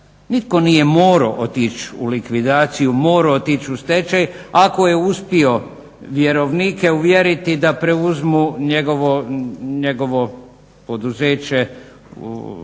Nitko nije morao otići u likvidaciju, morao otići u stečaj ako je uspio vjerovnike uvjeriti da preuzmu njegovo poduzeće, dakle